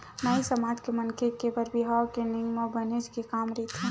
नाई समाज के मनखे के बर बिहाव के नेंग म बनेच के काम रहिथे